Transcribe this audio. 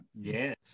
Yes